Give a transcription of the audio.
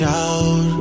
out